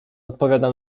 odpowiada